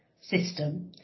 system